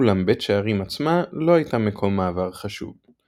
אולם בית שערים עצמה לא הייתה מקום מעבר חשוב.